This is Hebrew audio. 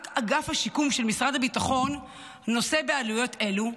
רק אגף השיקום של משרד הביטחון נושא בעלויות אלו,